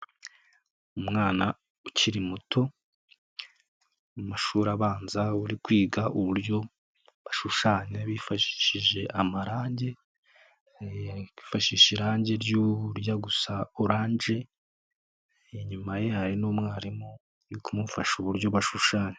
Umwana ukiri muto, mu mashuri abanza uri kwiga uburyo bashushanya bifashishije amarangi, bifashisha irangi rijya gusa oranje, inyuma ye hari n'umwarimu, uri kumufasha uburyo bashushanya.